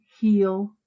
heal